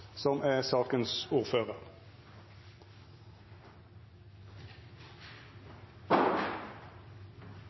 som er